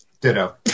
Ditto